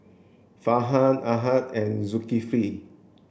Farhan Ahad and Zulkifli